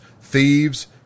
thieves